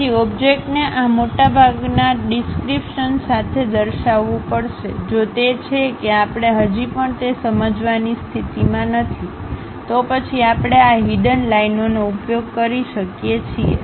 તેથી ઓબ્જેક્ટને આ મોટાભાગના ડિસ્ક્રિપ્શન સાથે દર્શાવવું પડશે જો તે છે કે આપણે હજી પણ તે સમજવાની સ્થિતિમાં નથી તો પછી આપણે આ હિડન લાઇનોનો ઉપયોગ કરી શકીએ છીએ